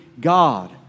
God